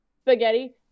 spaghetti